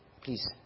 Please